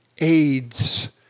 AIDS